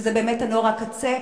שזה באמת נוער הקצה,